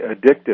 addictive